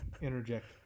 interject